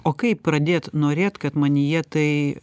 o kaip pradėt norėt kad manyje tai